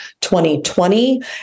2020